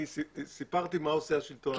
אני סיפרתי מה עושה השלטון המקומי,